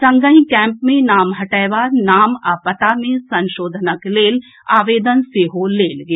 संगहि कैंप मे नाम हटएबा नाम आ पता मे संशोधनक लेल आवेदन सेहो लेल गेल